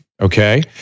Okay